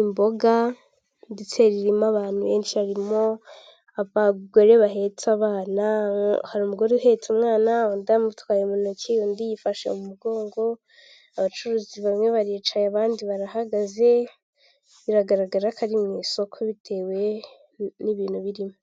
imboga, ndetse ririmo abantu benshi harimo abagore bahetse abana umugore uhetse umwana, undi amutwaye mu ntoki undi yifashe mu m'ugongo abacuruzi bamwe baricaye abandi barahagaze biragaragara ko ari mu isoko bitewe n'ibintu birimo.